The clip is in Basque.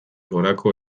gorako